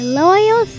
loyal